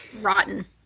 Rotten